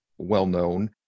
well-known